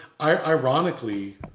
ironically